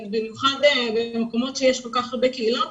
במיוחד במקומות שיש כל כך הרבה קהילות,